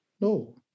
No